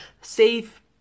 save